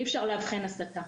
אי אפשר לאבחן הסתה.